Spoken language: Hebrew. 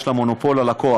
יש לה מונופול על הכוח,